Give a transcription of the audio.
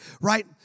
right